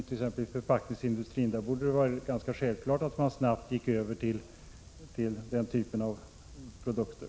I förpackningsindustrin t.ex. borde det vara ganska självklart att man snabbt gick över till andra produkter.